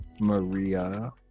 Maria